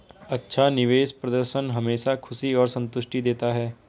अच्छा निवेश प्रदर्शन हमेशा खुशी और संतुष्टि देता है